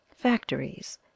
Factories